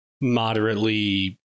moderately